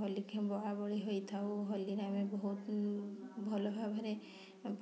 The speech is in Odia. ହୋଲିକି ଆମେ ବୋଳାବୋଳି ହୋଇଥାଉ ହୋଲିରେ ଆମେ ବହୁତ ଭଲଭାବରେ